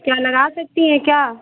क्या लगा सकती हैं क्या